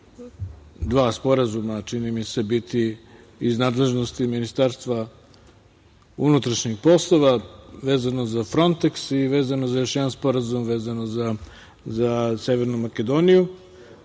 dva sporazuma, čini mi se, biti iz nadležnosti Ministarstva unutrašnjih poslova vezano za Fronteks i vezano za još jedan sporazum vezano za Severnu Makedoniju,